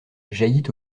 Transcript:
jaillit